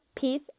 peace